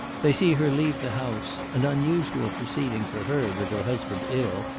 they see her leave the house, an unusual proceeding for her with her husband ill,